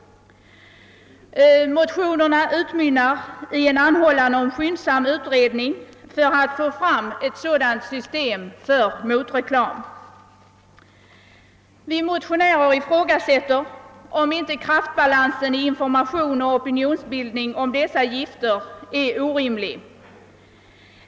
Motionerna utmynnar i en anhållan om en skyndsam utredning för att få till stånd ett sådant system för motreklam. Vi motionärer ifrågasätter om inte kraftbalansen i information och opinionsbildning om dessa gifter är orimlig.